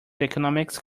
economics